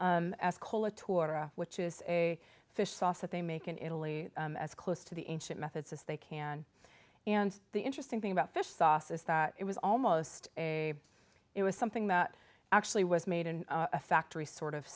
torah which is a fish sauce that they make in italy as close to the ancient methods as they can and the interesting thing about fish sauce is that it was almost a it was something that actually was made in a factory sort of